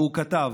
והוא כתב: